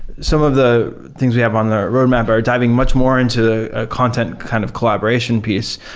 some of the things we have on the roadmap are diving much more into a content kind of collaboration piece.